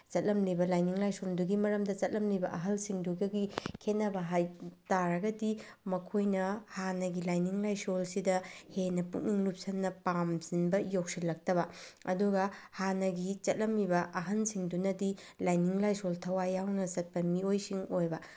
ꯆꯠꯂꯝꯂꯤꯕ ꯂꯥꯏꯅꯤꯡ ꯂꯥꯏꯁꯣꯟꯗꯨꯒꯤ ꯃꯔꯝꯗ ꯆꯠꯂꯝꯂꯤꯕ ꯑꯍꯜꯁꯤꯡꯗꯨꯒꯒꯤ ꯈꯦꯠꯅꯕ ꯍꯥꯏ ꯇꯥꯔꯒꯗꯤ ꯃꯈꯣꯏꯅ ꯍꯥꯟꯅꯒꯤ ꯂꯥꯏꯅꯤꯡ ꯂꯥꯏꯁꯣꯜꯁꯤꯗ ꯍꯦꯟꯅ ꯄꯨꯛꯅꯤꯡ ꯂꯨꯞꯁꯤꯟꯅ ꯄꯥꯝꯁꯤꯟꯕ ꯌꯧꯁꯤꯜꯂꯛꯇꯕ ꯑꯗꯨꯒ ꯍꯥꯟꯅꯒꯤ ꯆꯠꯂꯝꯃꯤꯕ ꯑꯍꯟꯁꯤꯡꯗꯨꯅꯗꯤ ꯂꯥꯏꯅꯤꯡ ꯂꯥꯏꯁꯣꯜ ꯊꯋꯥꯏ ꯌꯥꯎꯅ ꯆꯠꯄ ꯃꯤꯑꯣꯏꯁꯤꯡ ꯑꯣꯏꯕ